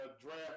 draft